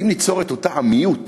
אם ניצור את אותה עמיות,